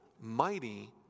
Mighty